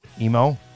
emo